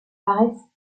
paraissent